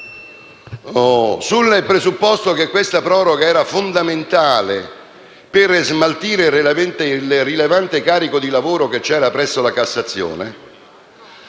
sul presupposto che questa proroga era fondamentale per smaltire il rilevante carico di lavoro esistente presso la Cassazione,